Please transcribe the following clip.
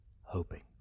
hoping